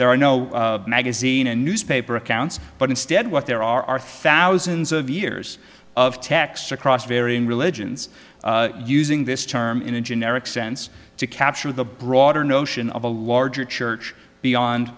there are no magazine and newspaper accounts but instead what there are are thousands of years of texts across varying religions using this term in a generic sense to capture the broader notion of a larger church beyond